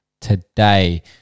today